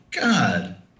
God